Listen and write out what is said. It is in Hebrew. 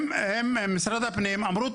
משרד הפנים אמרו,